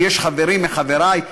שיש חברים מחברי,